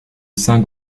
saint